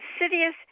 insidious